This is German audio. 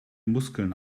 muskeln